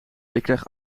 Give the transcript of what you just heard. krijg